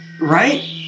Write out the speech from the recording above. right